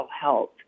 health